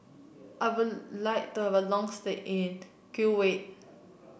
I would like to have a long stay in Kuwait